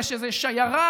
יש איזו שיירה,